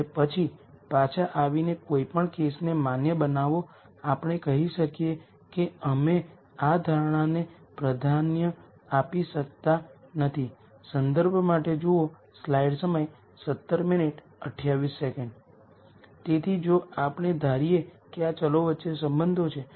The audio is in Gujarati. અને પહેલાની સ્લાઇડમાંથી આપણે જાણીએ છીએ કે આ r 0 આઇગન વૅલ્યુઝને અનુરૂપ r આઇગન વેક્ટર બધા નલ સ્પેસમાં છે